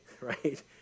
right